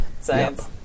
Science